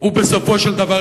ובסופו של דבר,